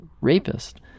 rapist